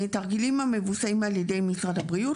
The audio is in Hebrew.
תרגילים המבוצעים על ידי משרד הבריאות,